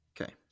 Okay